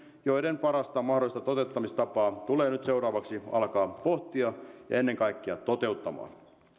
joiden parasta mahdollista toteuttamistapaa tulee nyt seuraavaksi alkaa pohtia ja ennen kaikkea toteuttaa